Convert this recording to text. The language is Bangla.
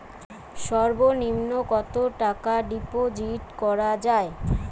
সর্ব নিম্ন কতটাকা ডিপোজিট করা য়ায়?